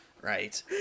right